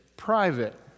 private